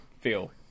feel